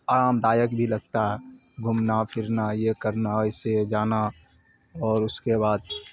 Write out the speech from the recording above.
آرام دایک بھی لگتا ہے گھومنا پھرنا یہ کرنا ایسے جانا اور اس کے بعد